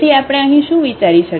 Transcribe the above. તેથી આપણે અહીં શું વિચારી શકીએ